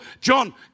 John